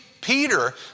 Peter